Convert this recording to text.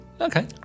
okay